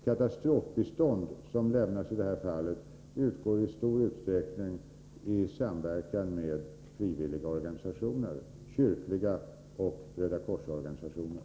Katastrofbistånd, som lämnas i det här fallet, utgår i stor utsträckning i samverkan med frivilliga organisationer, kyrkliga organisationer och Rödakorsorganisationer.